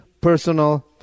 personal